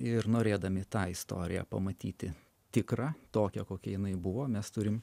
ir norėdami tą istoriją pamatyti tikrą tokią kokia jinai buvo mes turim